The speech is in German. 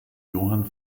johann